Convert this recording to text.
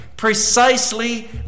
precisely